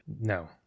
No